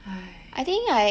!hais!